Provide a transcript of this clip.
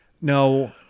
No